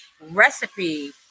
recipe